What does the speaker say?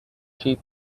cheap